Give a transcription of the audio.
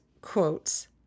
quotes